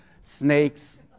snakes